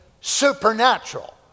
supernatural